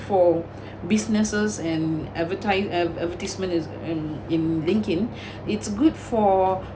for businesses and advertise~ advertisement is and in linkedin it's good for